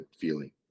feeling